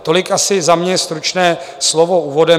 Tolik asi za mne stručné slovo úvodem.